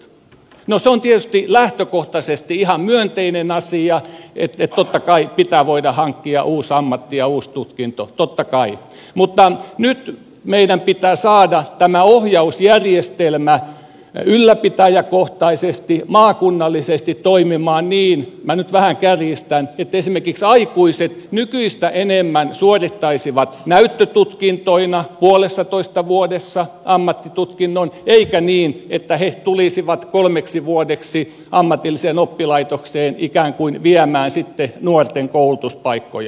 no se on tietysti lähtökohtaisesti ihan myönteinen asia totta kai pitää voida hankkia uusi ammatti ja uusi tutkinto totta kai mutta nyt meidän pitää saada tämä ohjausjärjestelmä ylläpitäjäkohtaisesti maakunnallisesti toimimaan niin minä nyt vähän kärjistän että esimerkiksi aikuiset nykyistä enemmän suorittaisivat näyttötutkintoina puolessatoista vuodessa ammattitutkinnon eikä niin että he tulisivat kolmeksi vuodeksi ammatilliseen oppilaitokseen ikään kuin viemään nuorten koulutuspaikkoja